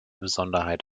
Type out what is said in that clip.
besonderheit